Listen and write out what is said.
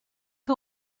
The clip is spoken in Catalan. que